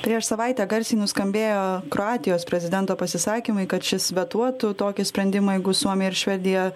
prieš savaitę garsiai nuskambėjo kroatijos prezidento pasisakymai kad šis vetuotų tokį sprendimą jeigu suomija ir švedija